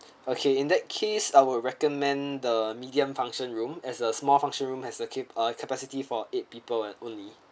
okay in that case I will recommend the medium function room as a small function room has a capacity ah capacity for eight people and only